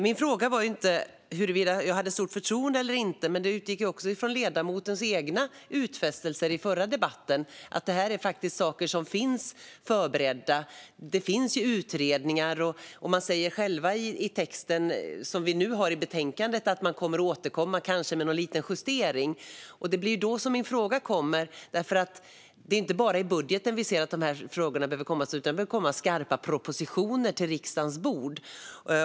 Min fråga var inte huruvida jag hade stort förtroende eller inte, utan den utgick från ledamotens egna utfästelser i förra debatten om att det här är saker som faktiskt finns förberedda. Det finns utredningar, och i betänkandet säger man att man kanske kommer tillbaka med någon liten justering. Därav min fråga, för det är ju inte bara i budgeten som vi ser att de här frågorna behöver komma, utan de behöver komma i skarpa propositioner till riksdagens bord.